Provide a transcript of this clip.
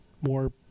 more